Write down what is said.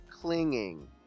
clinging